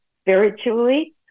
spiritually